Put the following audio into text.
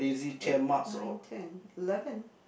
eight nine ten eleven